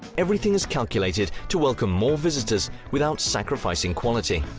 everything is calculated to welcome more visitors without sacrificing quality.